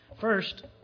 First